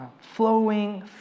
flowing